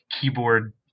keyboard